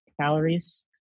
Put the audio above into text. calories